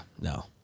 no